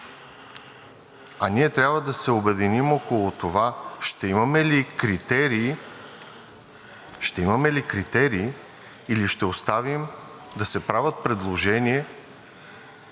а ние трябва да се обединим около това ще имаме ли критерии, или ще оставим да се правят предложения